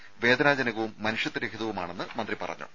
ഇത് വേദനാജനകവും മനുഷ്യത്വരഹിതവുമാണെന്നും മന്ത്രി പറഞ്ഞു